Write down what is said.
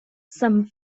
some